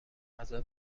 غذا